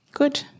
Good